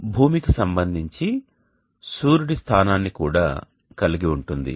ఇది భూమికి సంబంధించి సూర్యుడి స్థానాన్ని కూడా కలిగి ఉంటుంది